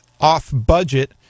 off-budget